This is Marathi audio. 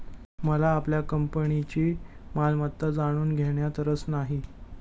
मला आपल्या कंपनीची मालमत्ता जाणून घेण्यात रस नाही